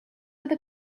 where